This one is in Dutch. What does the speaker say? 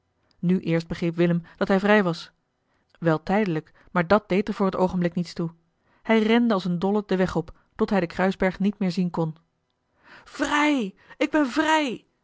nu eerst begreep willem dat hij vrij was wel tijdelijk maar dat deed er voor het oogenblik niets toe hij rende als een dolle den weg op tot hij den kruisberg niet meer zien kon vrij ik ben vrij